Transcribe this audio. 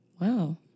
Wow